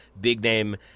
big-name